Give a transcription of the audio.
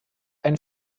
ein